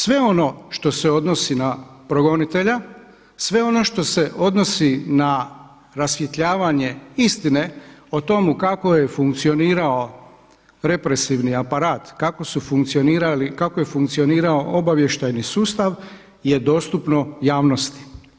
Sve ono što se odnosi na progonitelja, sve ono što se odnosi na rasvjetljavanje istine o tomu kako je funkcionirao represivni aparat, kako je funkcionirao obavještajni sustav je dostupno javnosti.